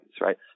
right